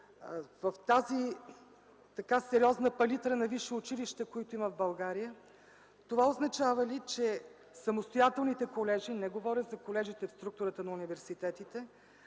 в тази сериозна палитра на висши училища, които има в България, това означава ли, че самостоятелните колежи (не говоря за колежите в структурата на университетите),